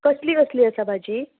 कसलीं कसलीं आसा भाजी